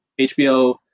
HBO